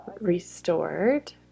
restored